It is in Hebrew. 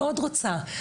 מאוד רוצה,